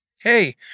Hey